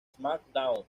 smackdown